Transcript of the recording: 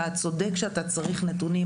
אתה צודק שאתה צריך נתונים,